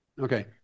okay